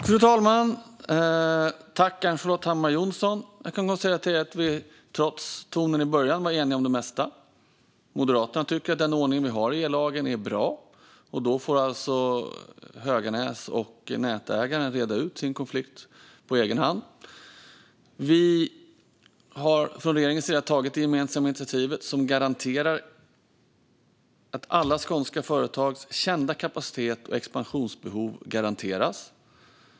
Fru talman! Jag tackar Ann-Charlotte Hammar Johnsson. Trots tonen i början kan jag konstatera att vi verkar vara eniga om det mesta. Moderaterna tycker att den ordning vi har i ellagen är bra. Då får Höganäs och nätägaren reda ut sin konflikt på egen hand. Regeringen har tagit ett gemensamt initiativ med andra som gör att alla skånska företags kända kapacitet och expansionsbehov garanteras.